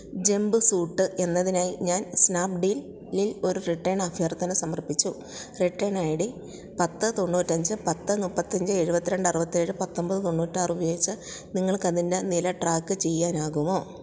jump suit എന്നതിനായി ഞാൻ സ്നാപ്ഡീലിൽ ഒരു റിട്ടർൺ അഭ്യർത്ഥന സമർപ്പിച്ചു റിട്ടേണയ്ഡി പത്ത് തൊണ്ണൂറ്റഞ്ച് പത്ത് മുപ്പത്തഞ്ച് എഴുപത്തി രണ്ട് അറുപത്തേഴ് പത്തൊമ്പത് തൊണ്ണൂറ്റാറുപയോഗിച്ച് നിങ്ങൾക്കതിൻ്റെ നില ട്രാക്ക് ചെയ്യാനാകുമോ